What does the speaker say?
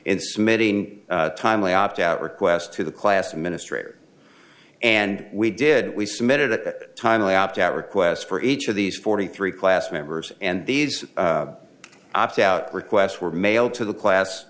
smiting timely opt out request to the class ministry and we did we submitted a timely opt out request for each of these forty three class members and these opt out requests were mailed to the class